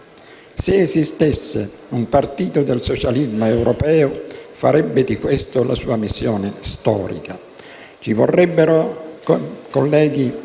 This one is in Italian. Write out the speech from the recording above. Se esistesse un partito del socialismo europeo farebbe di questo la sua missione storica. Ci vorrebbero nuovi